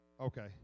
Okay